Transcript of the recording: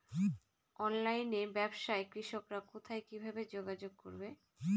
অনলাইনে ব্যবসায় কৃষকরা কোথায় কিভাবে যোগাযোগ করবে?